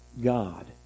God